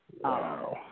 Wow